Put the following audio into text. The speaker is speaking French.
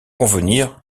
convenir